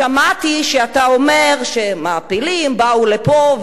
שמעתי שאתה אומר שמעפילים באו לפה,